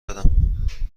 بدم